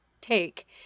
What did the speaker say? take